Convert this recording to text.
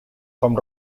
com